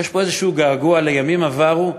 יש פה איזשהו געגוע לימים עברו,